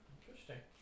Interesting